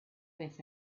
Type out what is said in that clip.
vez